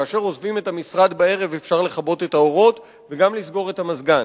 כאשר עוזבים את המשרד בערב אפשר לכבות את האורות וגם לסגור את המזגן.